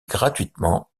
gratuitement